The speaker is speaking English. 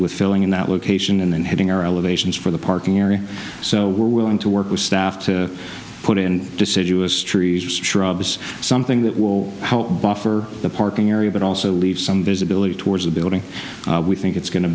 with filling in that location and then having our elevations for the parking area so we're willing to work with staff to put in deciduous trees or strawbs something that will help buffer the parking area but also leave some visibility towards the building we think it's going to